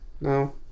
No